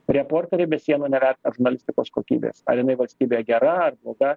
reporteriai be sienų nevertina žurnalistikos kokybės ar jinai valstybėje gera ar bloga